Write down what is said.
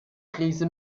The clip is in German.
krise